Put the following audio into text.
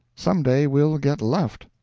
some day we'll get left.